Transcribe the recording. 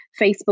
facebook